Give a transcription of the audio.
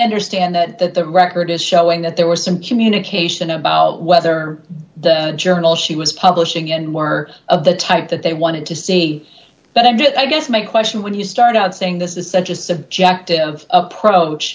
understand that that the record is showing that there were some communication about whether the journal she was publishing in more of the type that they wanted to see but i did i guess my question when you start out saying this is such a subjective approach